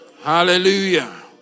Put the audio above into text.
Hallelujah